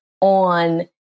on